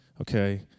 okay